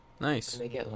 Nice